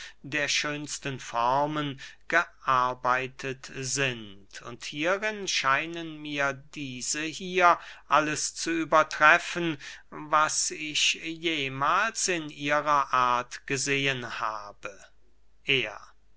der schönsten formen gearbeitet sind und hierin scheinen mir diese hier alles zu übertreffen was ich jemahls in ihrer art gesehen habe er